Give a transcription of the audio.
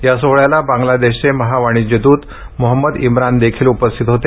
या सोहळ्याला बांगलादेशचे महावाणिज्य दूत मोहम्मद इम्रान देखील उपस्थित होते